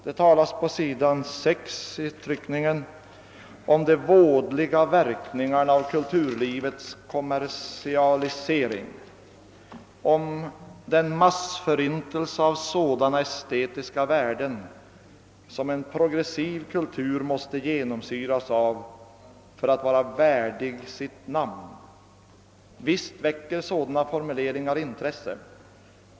I motionen omnämns på s. 6 »de vådliga verkningarna av kulturlivets kommersialisering» och »den massförintelse av sådana estetiska värden, som en progressiv kultur måste genomsyras av för att vara värdig sitt namn». — Visst väcker sådana formuleringar intresse.